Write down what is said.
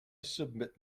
submit